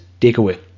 takeaway